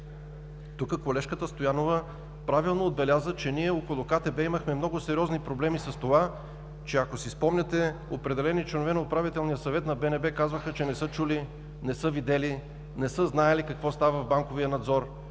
Тук колежката Стоянова правилно отбеляза, че около КТБ имахме много сериозни проблеми, ако си спомняте, с това, че определени членове на Управителния съвет на БНБ казваха, че не са чули, не са видели, не са знаели какво става в Банковия надзор.